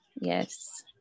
Yes